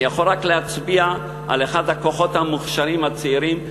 אני יכול רק להצביע על אחד הכוחות המוכשרים הצעירים,